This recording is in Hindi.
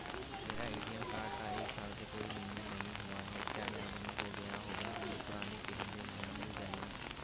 मेरा ए.टी.एम कार्ड का एक साल से कोई लेन देन नहीं हुआ है क्या यह बन्द हो गया होगा हमें पुराने के बदलें नया मिल जाएगा?